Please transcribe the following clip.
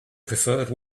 preferred